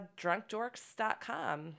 drunkdorks.com